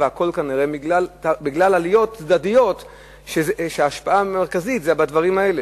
והכול כנראה בגלל עליות צדדיות שההשפעה המרכזית היא בדברים האלה.